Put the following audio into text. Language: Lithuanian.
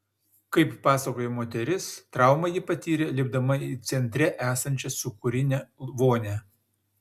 kaip pasakoja moteris traumą ji patyrė lipdama į centre esančią sūkurinę vonią